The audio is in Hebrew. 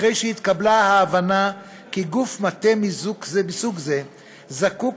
אחרי שהתקבלה ההבנה כי גוף מטה מסוג זה זקוק